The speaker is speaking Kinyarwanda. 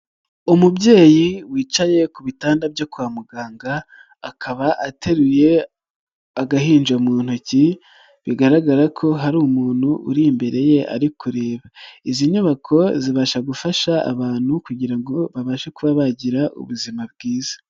Umubyeyi wicaye ku bitanda byo kwa muganga, akaba ateruye agahinja mu ntoki, bigaragara ko hari umuntu uri imbere ye ariba, izi nyubako zibasha gufasha abantu kugira ngo babashe kuba bagira ubuzima bwiza.